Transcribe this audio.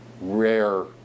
rare